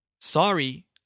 Sorry